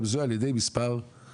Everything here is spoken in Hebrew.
אתה מזוהה בה על ידי מספר זהות.